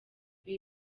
ibi